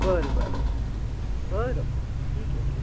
बरं बरं बरं ठीक आहे ठीक